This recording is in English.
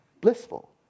blissful